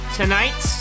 tonight